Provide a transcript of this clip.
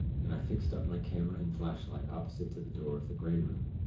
and i fixed up my camera and flashlight opposite to the door of the grey room,